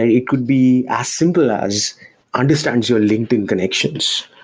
it could be as simple as understand your linkedin connections.